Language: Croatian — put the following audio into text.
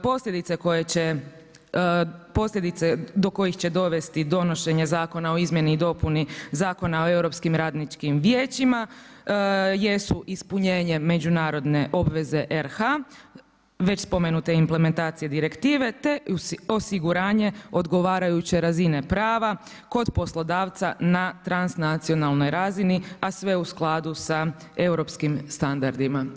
Posljedice do kojih će dovesti donošenje Zakona o izmjeni i dopuni Zakona o Europskim radničkim vijećima, jesu ispunjenje međunarodne obveze RH već spomenute implementacija direktive, te osiguranje odgovarajuće razine prava kod poslodavca na transnacionalnoj razini, a sve u skladu sa europskim standardima.